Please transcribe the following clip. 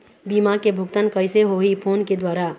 बीमा के भुगतान कइसे होही फ़ोन के द्वारा?